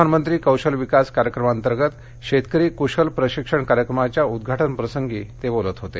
प्रधानमंत्री कौशल्य विकास कार्यक्रमाअंतर्गत शेतकरी कुशल प्रशिक्षण कार्यक्रमाच्या उद्घाटनप्रसंगी ते बोलत होते